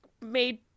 made